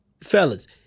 Fellas